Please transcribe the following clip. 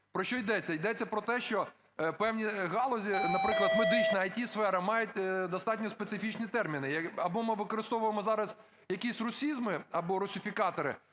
Про що йдеться. Йдеться про те, що певні галузі, наприклад, медична ІТ-сфера мають достатньо специфічні терміни. Або ми використовуємо зараз якісь русизми або русифікатори,